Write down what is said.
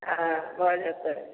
अहँ भऽ जेतै